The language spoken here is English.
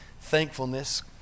thankfulness